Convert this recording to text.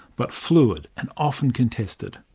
but fluid and often contested.